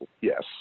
Yes